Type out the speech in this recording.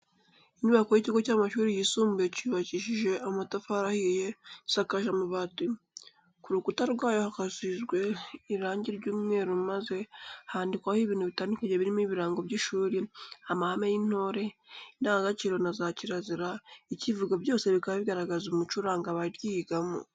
Inyubako y'ikigo cy'amashuri yisumbuye yubakishije amatafari ahiye, isakaje amabati, ku rukutwa rwayo kasizwe irangi ry'umweru maze handikwaho ibintu bitandukanye birimo ibirango by'ishuri, amahame y'intore, indangagaciro na za kirazira, icyivugo byose bikaba bigaragaza umuco uranga abaryigamo.